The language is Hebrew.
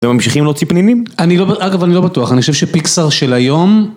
וממשיכים להוציא פנינים? אני לא, אגב אני לא בטוח, אני חושב שפיקסר של היום...